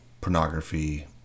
pornography